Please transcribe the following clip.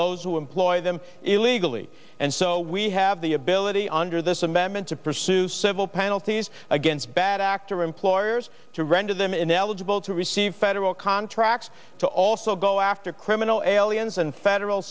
those who employ them illegally and so we have the ability under this amendment to pursue civil penalties against bad actor employers to render them ineligible to receive federal contracts to also go after criminal aliens and federal